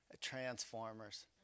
Transformers